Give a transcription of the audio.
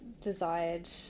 desired